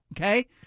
okay